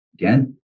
Again